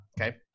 Okay